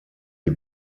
die